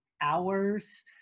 hours